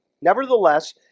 Nevertheless